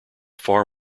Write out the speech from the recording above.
far